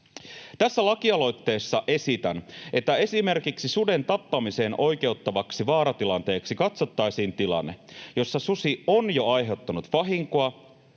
Tässä lakialoitteessa esitän, että esimerkiksi suden tappamiseen oikeuttavaksi vaaratilanteeksi katsottaisiin tilanne, jossa susi on jo aiheuttanut vahinkoa